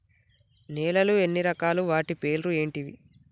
నేలలు ఎన్ని రకాలు? వాటి పేర్లు ఏంటివి?